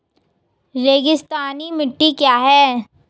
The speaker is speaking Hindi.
रेगिस्तानी मिट्टी क्या है?